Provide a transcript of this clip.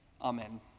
Amen